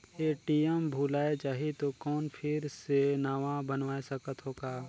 ATM भुलाये जाही तो कौन फिर से नवा बनवाय सकत हो का?